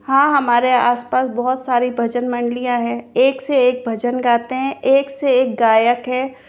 हाँ हमारे आसपास बहुत सारी भजन मंडलियाँ हैं एक से एक भजन गाते हैं एक से एक गायक हैं